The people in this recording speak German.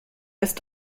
ist